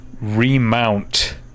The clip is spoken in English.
remount